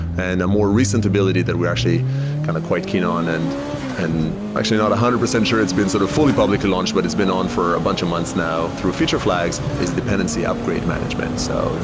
and a more recent ability that we actually kind of quite keen on and and actually not one hundred percent sure it's been sort of fully public to launch, but it's been on for a bunch of months now through future flags, is dependency upgrade management, so, and